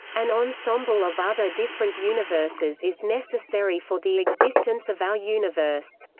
an ensemble of other different universes is necessary for the existence of our universe.